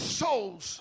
souls